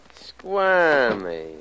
Squirmy